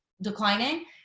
declining